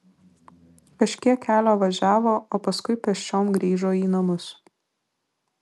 kažkiek kelio važiavo o paskui pėsčiom grįžo į namus